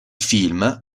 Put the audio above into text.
film